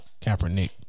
Kaepernick